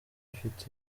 ifite